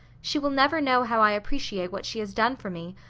she will never know how i appreciate what she has done for me,